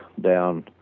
down